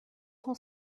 cent